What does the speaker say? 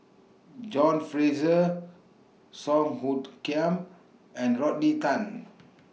John Fraser Song Hoot Kiam and Rodney Tan